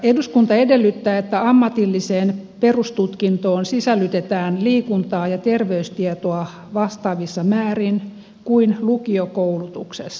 eduskunta edellyttää että ammatilliseen perustutkintoon sisällytetään liikuntaa ja terveystietoa vastaavissa määrin kuin lukiokoulutuksessa